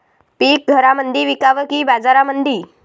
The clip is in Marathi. पीक घरामंदी विकावं की बाजारामंदी?